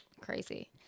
Crazy